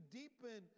deepen